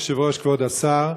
אדוני היושב-ראש, כבוד השר,